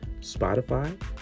Spotify